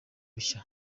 rushya